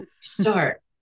start